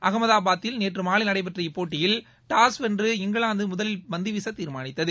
அஹமதாபாதில் நேற்றி மாலை நடைபெற்ற இப்போட்டியில் டாஸ் வென்ற இங்கிலாந்து முதலில் பந்து வீச தீர்மானித்தது